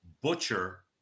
butcher